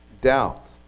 doubt